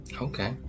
Okay